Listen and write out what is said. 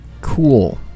Cool